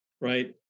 right